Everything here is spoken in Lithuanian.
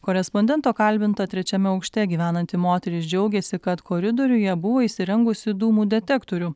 korespondento kalbinta trečiame aukšte gyvenanti moteris džiaugėsi kad koridoriuje buvo įsirengusi dūmų detektorių